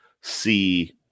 see